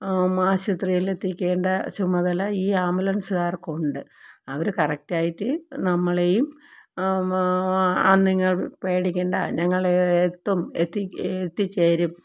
ആശുപത്രിയിൽ എത്തിക്കേണ്ട ചുമതല ഈ ആംബുലന്സുകാർക്കുണ്ട് അവര് കറക്റ്റായിട്ട് നമ്മളെയും ആ നിങ്ങൾ പേടിക്കേണ്ട ഞങ്ങള് എത്തും എത്തിച്ചേരും